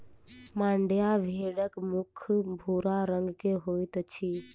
मांड्या भेड़क मुख भूरा रंग के होइत अछि